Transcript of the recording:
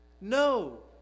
No